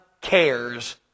cares